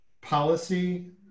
policy